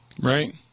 Right